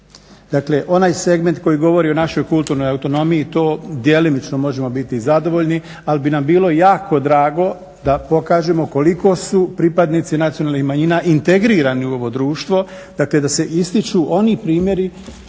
Dakle, onaj segment koji govori o našoj kulturnoj autonomiji, to djelomično možemo biti zadovoljni, ali bi nam bilo jako drago da pokažemo koliko su pripadnici nacionalnih manjina integrirani u ovo društvo, dakle da se ističu oni primjeri